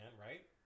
right